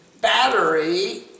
battery